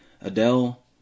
Adele